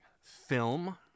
film